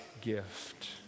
gift